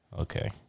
Okay